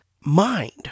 mind